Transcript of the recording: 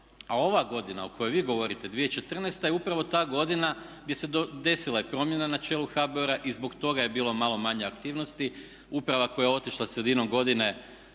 A ova godina o kojoj vi govorite 2014. je upravo ta godina gdje se desila i promjena na čelu HBOR-a i zbog toga je bilo malo manje aktivnosti. Uprava koja je otišla sredinom godine